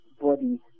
Body